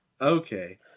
Okay